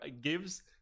gives